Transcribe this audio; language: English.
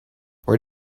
where